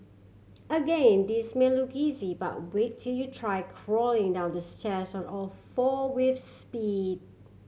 again this may look easy but wait till you try crawling down the stairs on all four with speed